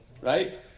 right